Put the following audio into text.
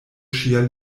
ŝia